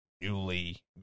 newly